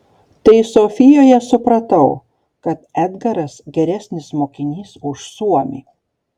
tai sofijoje supratau kad edgaras geresnis mokinys už suomį